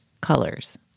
colors